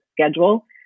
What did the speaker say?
schedule